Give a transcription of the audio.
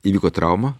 įvyko trauma